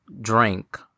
drink